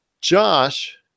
Josh